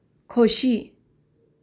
खोशी